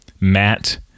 Matt